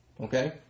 Okay